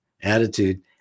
attitude